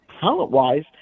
talent-wise